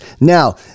Now